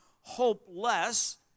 hopeless